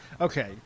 Okay